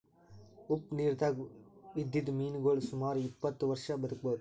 ಉಪ್ಪ್ ನಿರ್ದಾಗ್ ಇದ್ದಿದ್ದ್ ಮೀನಾಗೋಳ್ ಸುಮಾರ್ ಇಪ್ಪತ್ತ್ ವರ್ಷಾ ಬದ್ಕಬಹುದ್